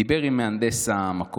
הוא דיבר עם מהנדס המקום.